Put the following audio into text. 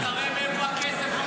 אז תראה מאיפה הכסף מגיע.